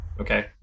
okay